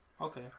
Okay